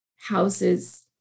houses